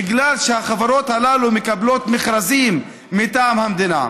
בגלל שהחברות הללו מקבלות מכרזים מטעם המדינה.